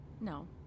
No